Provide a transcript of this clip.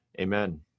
amen